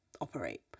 Operate